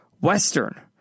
Western